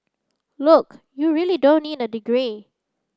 look you really don't need a degree